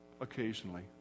occasionally